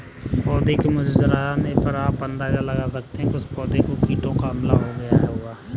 पौधों के मुरझाने पर आप अंदाजा लगा सकते हो कि उस पौधे पर कीटों का हमला हो गया है